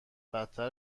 بدتر